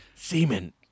Semen